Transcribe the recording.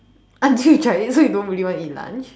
until you tried it so you don't really want to eat lunch